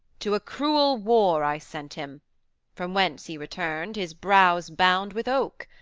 to a cruel war i sent him from whence he returned his brows bound with oak.